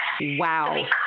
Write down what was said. Wow